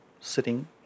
sitting